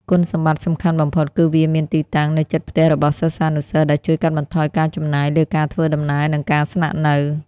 គុណសម្បត្តិសំខាន់បំផុតគឺវាមានទីតាំងនៅជិតផ្ទះរបស់សិស្សានុសិស្ស ដែលជួយកាត់បន្ថយការចំណាយលើការធ្វើដំណើរនិងការស្នាក់នៅ។